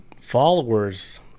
followers